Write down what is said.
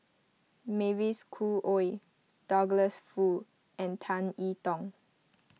Mavis Khoo Oei Douglas Foo and Tan I Tong